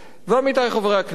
ועמיתי חברי הכנסת,